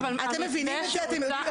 אתם מבינים את זה?